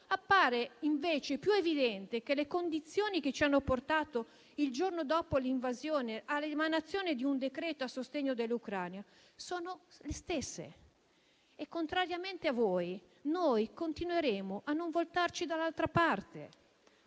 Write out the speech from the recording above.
Appare invece più evidente che le condizioni che ci hanno portato il giorno dopo l'invasione all'emanazione di un decreto a sostegno dell'Ucraina sono le stesse e, contrariamente a voi, noi continueremo a non voltarci dall'altra parte.